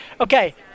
Okay